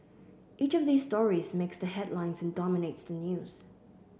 each of these stories makes the headlines and dominates the news